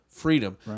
Freedom